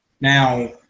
Now